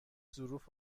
ظروف